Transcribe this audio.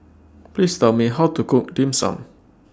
Please Tell Me How to Cook Dim Sum